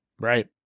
Right